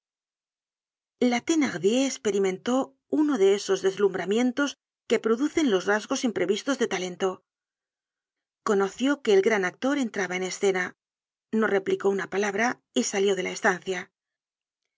la thenardier esperimentó uno de esos deslumbramientos que producen los rasgos imprevistos de talento conoció que el gran actor entraba en escena no replicó una palabra y salió de la estancia